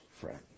friend